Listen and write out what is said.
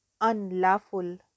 unlawful